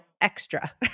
extra